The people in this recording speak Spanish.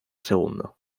segundo